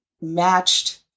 matched